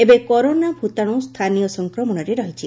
ଏବେ କରୋନା ଭ୍ତାଣୁ ସ୍ଚାନୀୟ ସଂକ୍ରମଣରେ ରହିଛି